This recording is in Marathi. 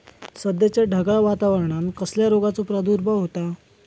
सध्याच्या ढगाळ वातावरणान कसल्या रोगाचो प्रादुर्भाव होता?